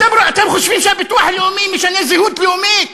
אתם חושבים שהביטוח הלאומי משנה זהות לאומית?